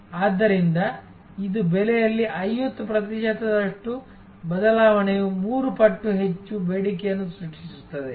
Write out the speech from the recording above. ಆದ್ದರಿಂದ ಇದು ಬೆಲೆಯಲ್ಲಿ 50 ಪ್ರತಿಶತದಷ್ಟು ಬದಲಾವಣೆಯು 3 ಪಟ್ಟು ಹೆಚ್ಚು ಬೇಡಿಕೆಯನ್ನು ಸೃಷ್ಟಿಸುತ್ತದೆ